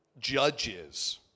judges